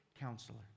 counselor